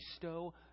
bestow